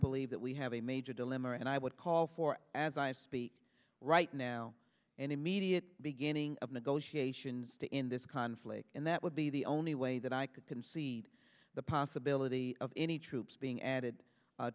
believe that we have a major dilemma and i would call for as i speak right now an immediate beginning of negotiations to end this conflict and that would be the only way that i could concede the possibility of any troops being added